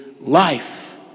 life